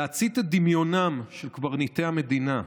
להצית את דמיונם של קברניטי המדינה,